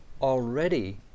already